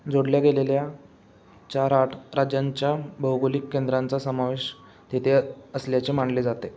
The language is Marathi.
जोडल्या गेलेल्या चार आठ राज्यांच्या भौगोलिक केंद्रांचा समावेश तिथे असल्याचे मानले जाते